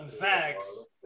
Facts